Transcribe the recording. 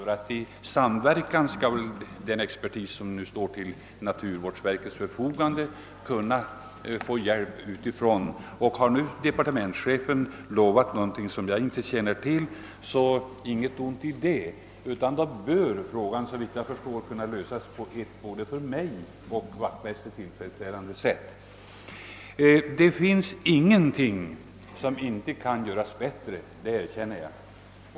Naturvårdsverkets expertis bör kunna få hjälp och samverkan från andra experter. Har departementschefen utlovat någonting på det här området som jag inte känner till, så kan vi nog vara förvissade om att frågan kommer att kunna lösas på ett både för mig och herr Wachtmeister = tillfredsställande sätt. Det finns inte någonting som inte kan göras bättre, det erkänner jag.